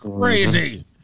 crazy